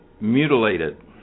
mutilated